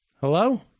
Hello